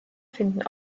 finden